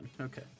okay